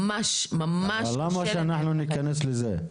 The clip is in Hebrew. למה שאנחנו ניכנס לזה?